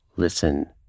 listen